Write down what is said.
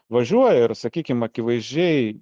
važiuoja ir sakykim akivaizdžiai